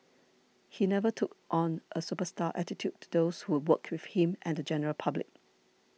he never took on a superstar attitude to those who worked with him and the general public